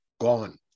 gone